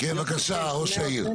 אני באמת רוצה לצאת מכאן עם